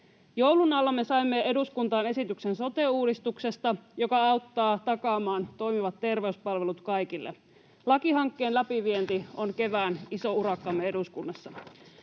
Joulun alla me saimme eduskuntaan esityksen sote-uudistuksesta, joka auttaa takaamaan toimivat terveyspalvelut kaikille. Lakihankkeen läpivienti on kevään iso urakkamme eduskunnassa.